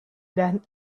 than